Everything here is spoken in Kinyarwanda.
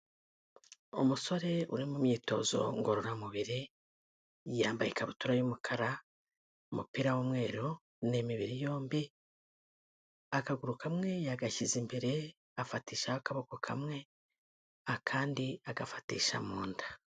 Umusore uri mu myitozo ngororamubiri yambaye ikabutura y'umukara, umupira w'umweru, ni imibiri yombi, akaguru kamwe yagashyize imbere afatashaho akaboko kamwe, akandi agafatisha mu nda.